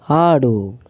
ఆడు